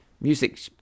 music